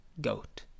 goat